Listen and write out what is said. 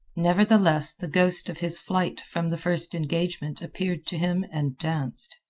nevertheless, the ghost of his flight from the first engagement appeared to him and danced.